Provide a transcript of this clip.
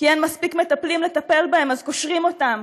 כי אין מספיק מטפלים לטפל בהם אז קושרים אותם,